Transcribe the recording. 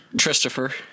Christopher